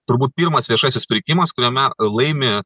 turbūt pirmas viešasis pirkimas kuriame laimi